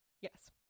Yes